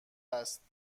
است